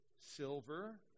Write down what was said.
silver